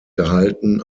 gehalten